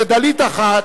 ו"דלית 1",